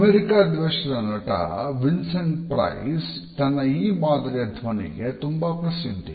America ದೇಶದ ನಟ Vincent Price ತನ್ನ ಈ ಮಾದರಿಯ ಧ್ವನಿಗೆ ತುಂಬಾ ಪ್ರಸಿದ್ಧಿ